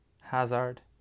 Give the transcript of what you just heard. Hazard